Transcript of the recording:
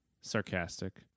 sarcastic